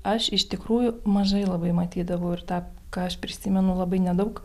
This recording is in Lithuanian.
aš iš tikrųjų mažai labai matydavau ir tą ką aš prisimenu labai nedaug